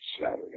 Saturday